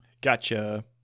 Gotcha